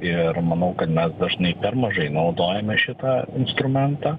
ir manau kad mes dažnai per mažai naudojame šitą instrumentą